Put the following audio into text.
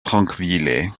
trankvile